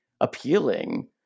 appealing